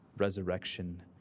resurrection